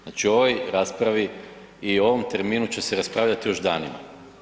Znači o ovoj raspravi i o ovom terminu će se raspravljati još danima.